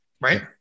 right